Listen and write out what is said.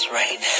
right